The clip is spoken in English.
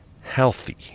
healthy